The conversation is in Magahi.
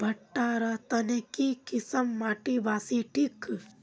भुट्टा र तने की किसम माटी बासी ठिक?